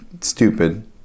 stupid